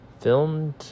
filmed